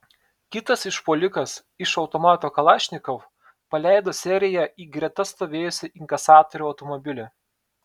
kitas užpuolikas iš automato kalašnikov paleido seriją į greta stovėjusį inkasatorių automobilį